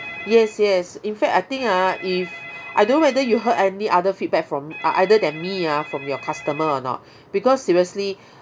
yes yes in fact I think ah if I don't know whether you heard any other feedback from other than me ah from your customer or not because seriously